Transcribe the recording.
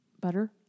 Butter